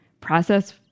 process